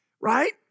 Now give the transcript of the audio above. right